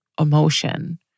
emotion